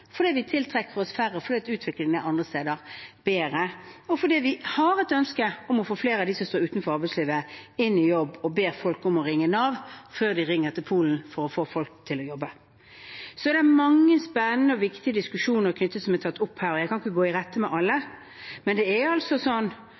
fordi vi tiltrekker oss færre fordi utviklingen er bedre andre steder, og fordi vi har et ønske om å få flere av dem som står utenfor arbeidslivet, inn i jobb og ber folk om å ringe Nav før de ringer til Polen for å få folk til å jobbe. Det er mange spennende og viktige diskusjoner som er tatt opp her, og jeg kan ikke gå i rette med alle,